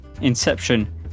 inception